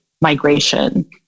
migration